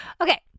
okay